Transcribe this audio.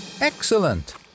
Excellent